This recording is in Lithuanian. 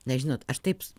na žinot aš taip